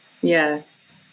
Yes